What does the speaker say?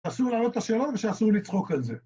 אסור להראות את השלום ושאסור לצחוק על זה